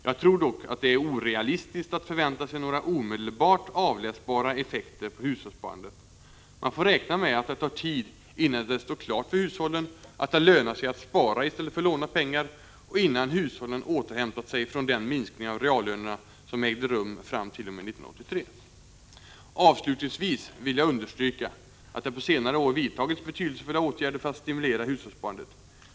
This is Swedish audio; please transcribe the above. Jag tror dock att det är orealistiskt att förvänta sig några omedelbart avläsbara effekter på hushållssparandet. Man får räkna med att det tar tid, innan det står klart för hushållen att det lönar sig att spara i stället för att låna pengar och innan hushållen återhämtat sig från den minskning av reallönerna som ägde rum fram t.o.m. 1983. Avslutningsvis vill jag understryka att det på senare år vidtagits betydelsefulla åtgärder för att stimulera hushållssparandet.